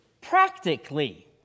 practically